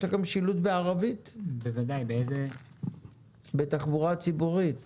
בתחבורה הציבורית